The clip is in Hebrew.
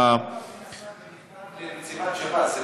פנו במכתב לנציבת שב"ס.